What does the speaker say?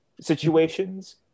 situations